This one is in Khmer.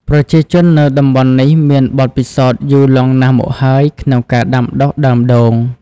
ប្រជាជននៅតំបន់នេះ មានបទពិសោធន៍យូរលង់ណាស់មកហើយក្នុងការដាំដុះដើមដូង។